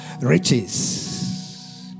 riches